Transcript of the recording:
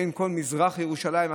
בין כל מזרח ירושלים,